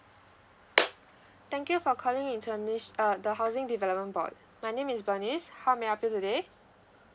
thank you for calling into your niche uh the housing development board my name is B E R N I C E how may I help you today